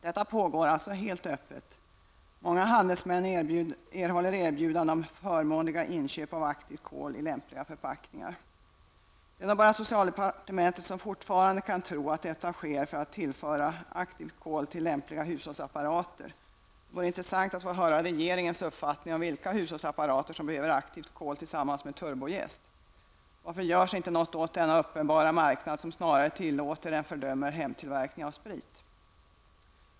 Detta pågår alltså helt öppet. Många handelsmän erhåller erbjudande om förmånliga inköp av aktivt kol i lämpliga förpackningar. Det är nog bara på socialdepartementet som man fortfarande kan tro att detta sker för att tillföra aktivt kol till lämpliga hushållsapparater. Det vore intressant att höra regeringens uppfattning om vilka hushållsapparater som drvis med aktivt kol tillsammans med turbojäst. Varför görs inte något åt denna uppenbara marknad som snarare tillåter än fördömer hemtillverkning av sprit?